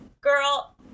girl